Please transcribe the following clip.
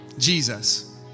Jesus